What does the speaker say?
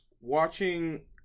watching